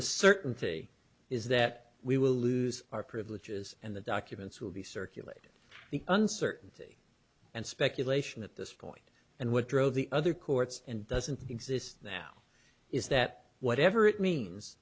the certainty is that we will lose our privileges and the documents will be circulated uncertainty and speculation at this point and what drove the other courts and doesn't exist now is that whatever it means